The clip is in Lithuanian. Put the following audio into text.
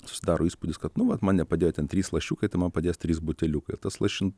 susidaro įspūdis kad nu vat man nepadėjo ten trys lašiukai tai man padės trys buteliukai ir tas lašin